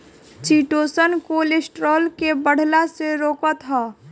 chitosan cholesterol के बढ़ला से रोकत हअ